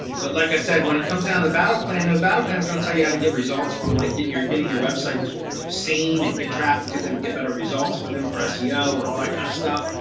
but like i said, when it comes down to the battle plan, no battle plan is going to tell you how to get results from like, get your getting your websites seen and get traffic to them and get better results for them for seo and all that kind of stuff.